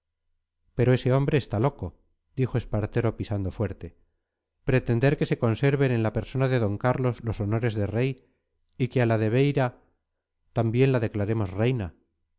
pero ese hombre está loco dijo espartero pisando fuerte pretender que se conserven en la persona de d carlos los honores de rey y que a la de beira también la declaremos reina